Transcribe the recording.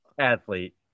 Athlete